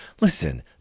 Listen